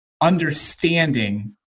understanding